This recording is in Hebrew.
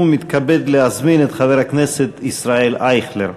ומתכבד להזמין את חבר הכנסת ישראל אייכלר.